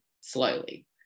slowly